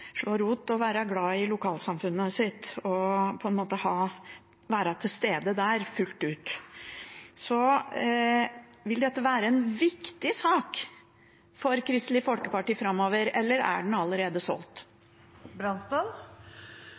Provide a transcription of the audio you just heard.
slå rot og være glad i lokalsamfunnet sitt og på en måte være til stede der fullt ut. Vil dette være en viktig sak for Kristelig Folkeparti framover eller er den allerede solgt?